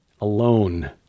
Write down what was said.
alone